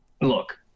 look